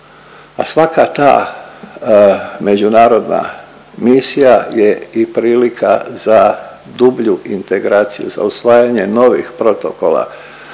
a svaka ta međunarodna misija je i prilika za dublju integraciju, za usvajanje novih protokola